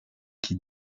qui